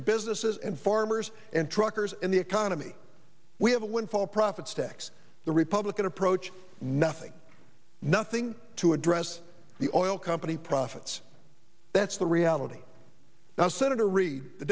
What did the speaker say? businesses and farmers and truckers in the economy we have a windfall profits tax the republican approach nothing nothing to address the oil company profits that's the reality now senator reid the